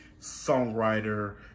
songwriter